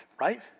right